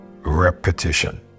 repetition